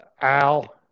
Al